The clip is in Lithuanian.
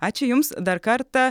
ačiū jums dar kartą